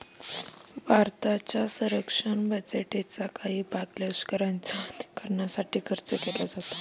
भारताच्या संरक्षण बजेटचा काही भाग लष्कराच्या आधुनिकीकरणासाठी खर्च केला जातो